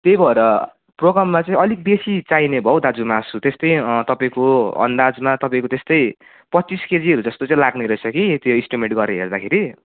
त्यही भएर प्रोग्राममा चाहिँ अलिक बेसी चाहिने भयो दाजु मासु त्यस्तै तपाईँको अन्दाजमा तपाईँको त्यस्तै पच्चिस केजीहरू जस्तो चाहिँ लाग्ने रहेछ कि त्यो एस्टिमेट गरेर हेर्दाखेरि